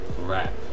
rap